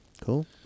Cool